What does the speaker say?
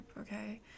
okay